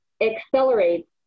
accelerates